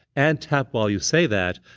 and tap while you say that,